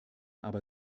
aber